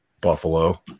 Buffalo